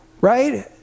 right